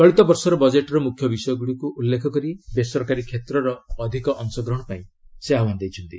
ଚଳିତ ବର୍ଷର ବଜେଟ୍ର ମୁଖ୍ୟ ବିଷୟଗୁଡ଼ିକୁ ଉଲ୍ଲେଖ କରି ବେସରକାରୀ କ୍ଷେତ୍ରର ଅଧିକ ଅଂଶଗ୍ରହଣ ପାଇଁ ସେ ଆହ୍ପାନ ଦେଇଛନ୍ତି